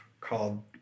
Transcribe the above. called